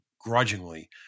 grudgingly